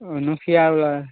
ओ Nokia वा